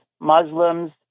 Muslims